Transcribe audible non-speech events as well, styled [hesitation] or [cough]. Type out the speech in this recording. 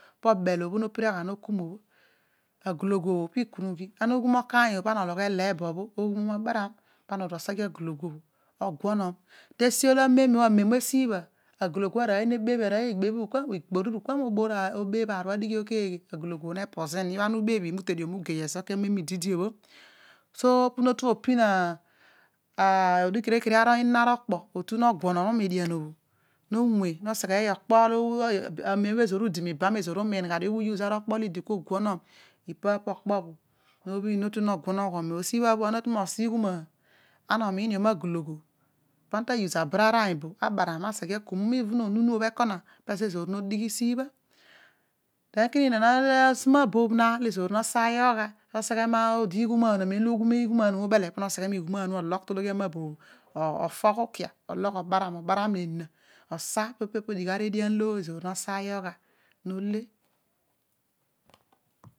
Po obel obho no pira gha okum obho, agologu pi ikunighi, aghum okaany obho pa ana ologh eleebo bho oghumum obaram, paana oghi oseghe agologu egunon, ta ila amem, amon esibha [unintelligible] arooy igbor mu kua mo beebh aar obho adighe bho ke eghe ara gologu obho nepo zu ni, imute dio ma gei ezo, kezo bho ididi bho, esibho po otu opin odigh kere kere ara okpo otu no guonom edian bho no anwe no segheey okpo olo, amem eloor udi mi ibam [hesitation] even onunu ekona pizo ezoor no dighi sibha den kin inon ara suma bobh na olo ezoor no osaayogh gha, oseghe iniighuman ama ughum ighuman obho ubele po kpo miighunan obho ologh tologhi ama bobho bho o fogh, ologh ukia obaram, obaram ne ena osa, ipa bho pii digh ari edian olo ezoor nosa oyogh gha nole.